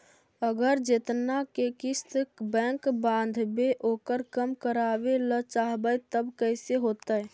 अगर जेतना के किस्त बैक बाँधबे ओकर कम करावे ल चाहबै तब कैसे होतै?